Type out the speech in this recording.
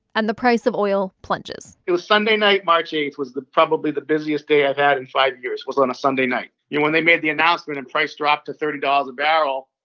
and the price of oil plunges it was sunday night. march eight was the probably the busiest day i've had in five years was on a sunday night. you know, when they made the announcement and price dropped to thirty dollars a barrel,